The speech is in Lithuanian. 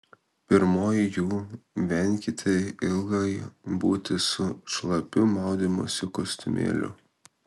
pirmoji jų venkite ilgai būti su šlapiu maudymosi kostiumėliu